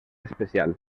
especial